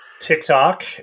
TikTok